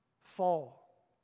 fall